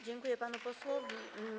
Dziękuję panu posłowi.